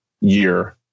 year